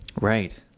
Right